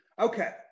Okay